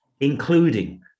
including